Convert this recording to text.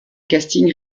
casting